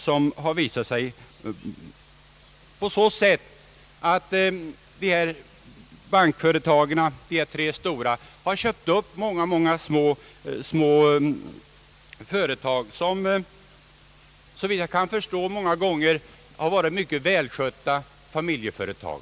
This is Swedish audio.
Denna har gått i den riktningen att dessa tre stora bankföretag har köpt upp en mängd små företag som, såvitt jag kan förstå, många gånger har varit mycket välskötta familjeföretag.